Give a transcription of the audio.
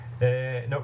No